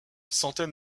centaine